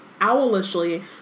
owlishly